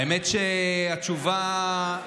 האמת שהתשובה,